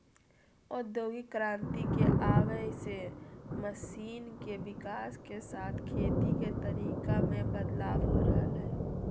औद्योगिक क्रांति के आवय से मशीन के विकाश के साथ खेती के तरीका मे बदलाव हो रहल हई